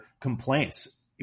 complaints